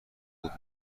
بود